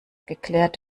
geklärt